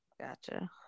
Gotcha